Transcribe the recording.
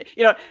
you know,